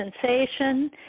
sensation